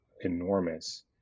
enormous